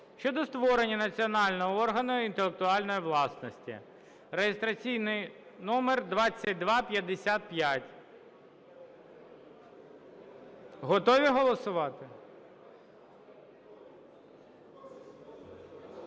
щодо створення національного органу інтелектуальної власності (реєстраційний номер 2255). Готові голосувати?